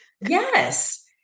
Yes